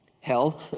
Hell